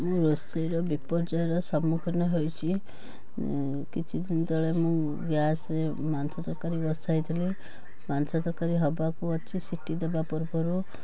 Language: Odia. ମୁଁ ରୋଷେଇର ବିପର୍ଯ୍ୟୟର ସମ୍ମୁଖୀନ ହୋଇଛି କିଛିଦିନ ତଳେ ମୁଁ ଗ୍ୟାସରେ ମାଂସ ତରକାରି ବସାଇଥିଲି ମାଂସ ତରକାରି ହବାକୁ ଅଛି ସିଟି ଦବା ପୂର୍ବୁରୁ